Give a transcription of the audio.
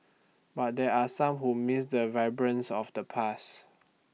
but there are some who miss the vibrance of the past